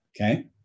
Okay